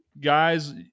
Guys